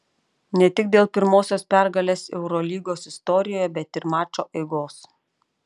ne tik dėl pirmosios pergalės eurolygos istorijoje bet ir mačo eigos